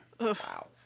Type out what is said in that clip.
wow